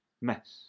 mess